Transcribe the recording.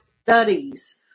studies